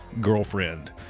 girlfriend